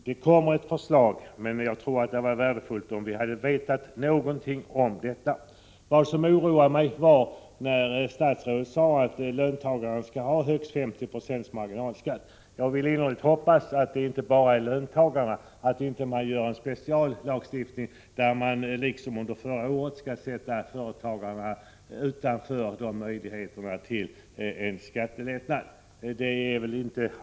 Det kommer ett förslag, men jag tror att det hade varit värdefullt om vi hade vetat någonting om detta. Det oroade mig när statsrådet sade att löntagarna skall ha högst 50 96 marginalskatt. Jag vill innerligt hoppas att det inte bara är löntagarna, att man inte gör en speciallagstiftning där man liksom man gjorde förra året ställer företagarna utanför möjligheten att få en skattelättnad.